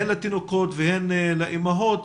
הן לתינוקות והן לאימהות.